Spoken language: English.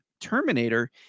Terminator